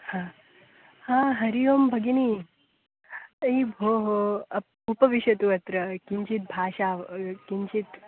हा हा हरिः ओं भगिनी अयि भोः अप् उपविशतु अत्र किञ्चित् भाषा वः किञ्चित्